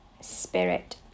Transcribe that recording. Spirit